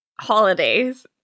holidays